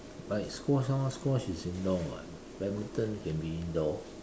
like squash all squash is indoor what badminton can be indoor